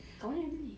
kat mana dia beli